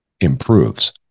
improves